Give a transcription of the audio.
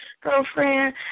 girlfriend